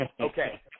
Okay